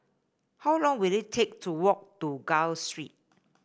how long will it take to walk to Gul Street